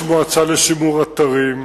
יש מועצה לשימור אתרים,